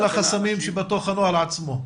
בגלל החסמים שבתוך הנוהל עצמו.